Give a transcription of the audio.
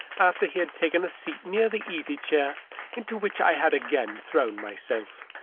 after he had taken a seat near the easy-chair into which i had again thrown myself.